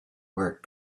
work